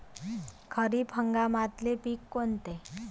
खरीप हंगामातले पिकं कोनते?